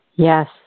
Yes